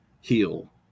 heal